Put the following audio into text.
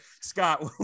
scott